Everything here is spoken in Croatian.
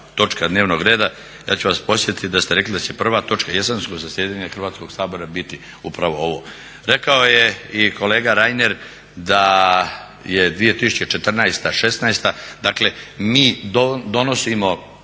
točka dnevnog reda. Ja ću vas podsjetiti da ste rekli da će prva točka jesenskog zasjedanja Hrvatskog sabora biti upravo ovo. Rekao je i kolega Reiner da je 2014.-2016., dakle mi donosimo